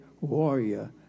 warrior